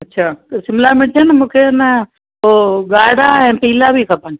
अच्छा त शिमला मिर्च न मूंखे न पोइ ॻाढ़ा ऐं पीला बि खपनि